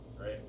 right